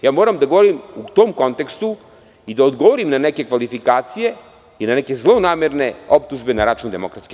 Ja moram da govorim u tom kontekstu i da odgovorim na neke kvalifikacije i na neke zlonamerne optužbe na račun DS.